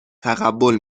تقبل